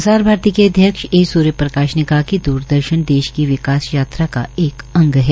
प्रसार भारती के अध्यक्ष ए सूर्य प्रकाश ने कहा कि द्रदर्शन देश की विकास यात्रा का एक अंग है